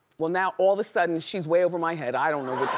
well now, all of a sudden, she's way over my head, i don't know